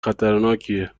خطرناکیه